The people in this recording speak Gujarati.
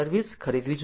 સર્વિસ ખરીદવી જોઈએ